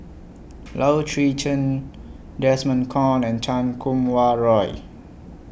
Low Swee Chen Desmond Kon and Chan Kum Wah Roy